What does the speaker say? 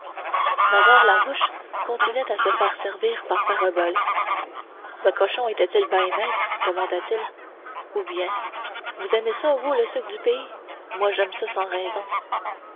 nazaire larouche continuait à se faire servir par paraboles votre cochon était-il ben maigre demanda-t-il ou bien vous aimez ça vous le sucre du pays moi j'aime ça sans raison